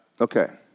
Okay